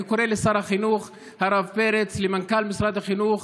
אני קורא לשר החינוך הרב פרץ ולמנכ"ל משרד החינוך